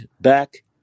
back